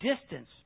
Distance